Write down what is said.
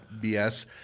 BS